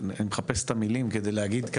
אני מחפש את המילים כדי להגיד,